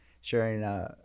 Sharing